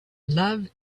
love